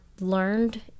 learned